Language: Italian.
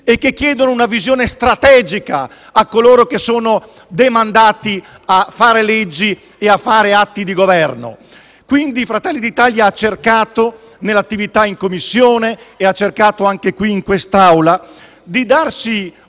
e che chiedono una visione strategica a coloro che sono demandati a fare leggi e atti di Governo. Fratelli d'Italia ha cercato, nell'attività in Commissione e in quest'Assemblea, di darsi